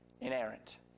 inerrant